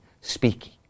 speaking